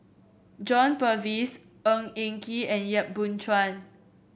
John Purvis Ng Eng Kee and Yap Boon Chuan